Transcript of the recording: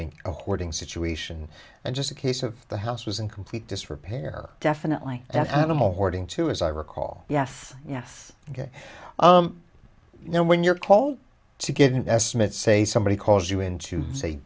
hoarding situation and just a case of the house was in complete disrepair definitely that animal hoarding too as i recall yes yes ok you know when you're called to get an estimate say somebody calls you in to say